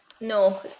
No